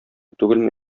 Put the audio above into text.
түгелме